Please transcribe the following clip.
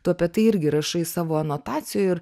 tu apie tai irgi rašai savo anotacijoj ir